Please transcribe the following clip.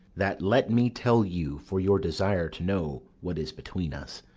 that let me tell you for your desire to know what is between us,